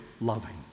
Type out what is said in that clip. loving